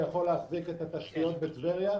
הייתי דורש ומתעקש לטפל בבעיית העדיפות,